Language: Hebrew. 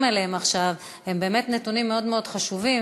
אליהם עכשיו הם באמת נתונים מאוד מאוד חשובים,